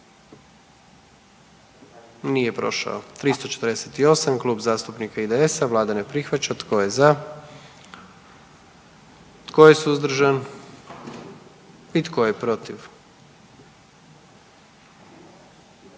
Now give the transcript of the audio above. dio zakona. 44. Kluba zastupnika SDP-a, vlada ne prihvaća. Tko je za? Tko je suzdržan? Tko je protiv?